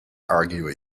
arguing